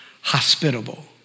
hospitable